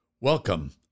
Welcome